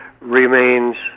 remains